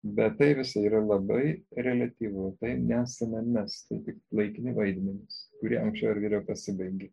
bet tai visa yra labai reliatyvu tai nesame mes tai tik laikini vaidmenys kurie anksčiau ar vėliau pasibaigia